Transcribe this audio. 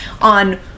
on